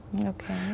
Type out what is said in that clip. Okay